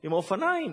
עם האופניים,